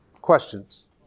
Questions